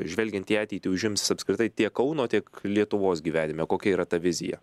žvelgiant į ateitį užims apskritai tiek kauno tiek lietuvos gyvenime kokia yra ta vizija